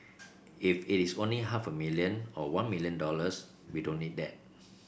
if it is only half a million or one million dollars we don't need that